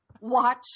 watch